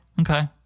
Okay